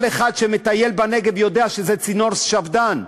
כל אחד שמטייל בנגב יודע שזה צינור שפד"ן.